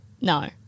No